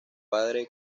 padre